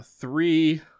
three